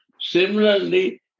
Similarly